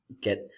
get